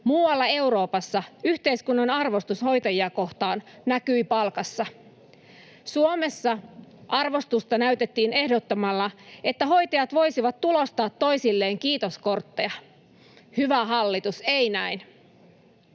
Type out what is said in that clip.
muualla Euroopassa yhteiskunnan arvostus hoitajia kohtaan näkyi palkassa. Suomessa arvostusta näytettiin ehdottamalla, että hoitajat voisivat tulostaa toisilleen kiitoskortteja. Hyvä hallitus, ei näin!